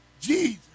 Jesus